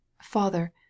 FATHER